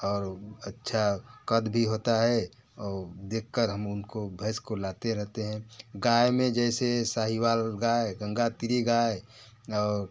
और अच्छा कद होता है और देखकर हम उनको भैंस को लाते रहते हैं गाय में जैसे साहिवाल गाय गंगा तेरी गाय और